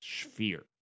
sphere